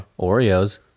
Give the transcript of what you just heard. Oreos